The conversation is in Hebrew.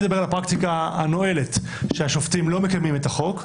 אנחנו בהחלט נעשה מאמץ לסיים הליכי חקיקה גם של הצעות חוק פרטיות,